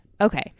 okay